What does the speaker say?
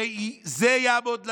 שזה יעמוד לנו.